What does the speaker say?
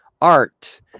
art